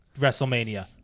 Wrestlemania